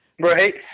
Right